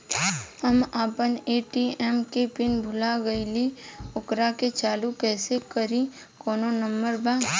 हम अपना ए.टी.एम के पिन भूला गईली ओकरा के चालू कइसे करी कौनो नंबर बा?